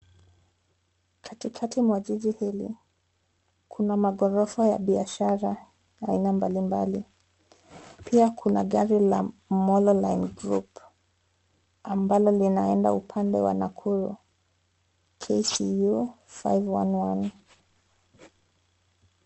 Katikati mwa jiji hili, kuna maghorofa ya biashara ya aina mbalimbali. Pia kuna gari la Molo Line Group ambalo linaenda upande wa Nakuru, KCU 511.